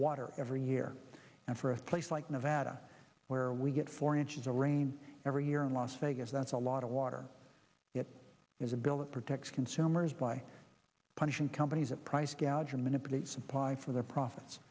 water every year and for a place like nevada where we get four inches of rain every year in las vegas that's a lot of water it is a bill of protection consumers by punishing companies that price gouging manipulate supply for their profits